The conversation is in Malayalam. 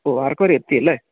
ഓ വാർക്ക വരെ എത്തിയല്ലേ